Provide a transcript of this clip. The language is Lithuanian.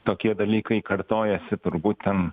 tokie dalykai kartojasi turbūt ten